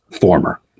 former